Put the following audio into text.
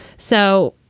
so.